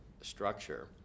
structure